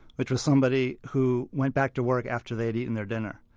which was somebody who went back to work after they'd eaten their dinner.